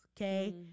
okay